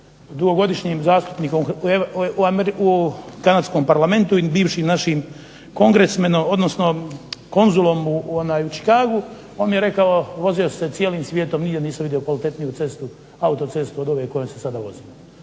dugogodišnjim zastupnikom u kanadskom parlamentu i bivšim našim konzulom u Chicagu. On mi je rekao vozio sam se cijelim svijetom, nigdje nisam vidio kvalitetniju cestu, autocestu od ove kojom se sada vozimo.